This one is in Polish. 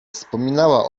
wspominała